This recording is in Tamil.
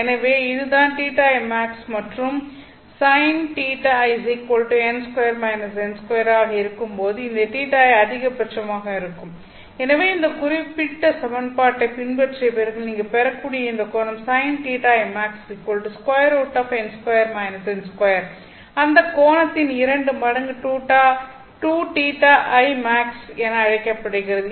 எனவே இது தான் θimax மற்றும் Sin θi n2 - n2 ஆக இருக்கும்போது இந்த θi அதிகபட்சமாக இருக்கும் எனவே இந்த குறிப்பிட்ட சமன்பாட்டைப் பின்பற்றிய பிறகு நீங்கள் பெறக்கூடிய இந்த கோணம் Sin θimax √n2 - n2 அந்த கோணத்தின் இரண்டு மடங்கு 2θimax என அழைக்கப்படுகிறது